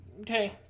Okay